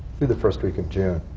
through the first week of june.